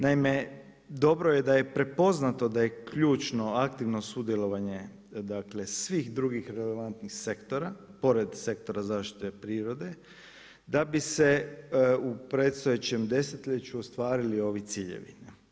Naime dobro je da je prepoznato da je ključno sudjelovanje dakle svih drugih relevantnih sektora, pored sektora zaštite prirode da bi se u predstojećem desetljeću ostvarili ovi ciljevi.